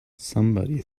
somebody